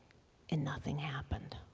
and nothing happened.